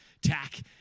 tack